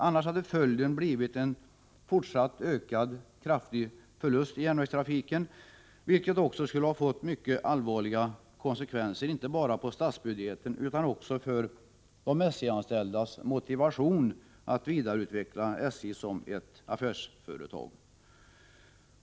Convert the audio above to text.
Annars blir följden en fortsatt och kraftigt ökad förlust för järnvägstrafiken, vilket också får mycket allvarliga konsekvenser inte bara på statsbudgeten utan också för de anställdas motivation att vidareutveckla SJ som ett affärsföretag.